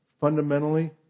fundamentally